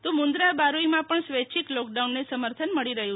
તો મુન્દ્રા બારોઇ માં પણ સ્વૈચ્છિક લોકડાઉનને સમર્થન મળી રહ્યું